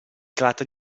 tratta